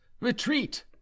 Retreat